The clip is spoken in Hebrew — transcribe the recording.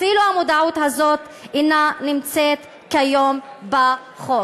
אפילו המודעות הזאת אינה נמצאת כיום בחוק.